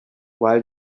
why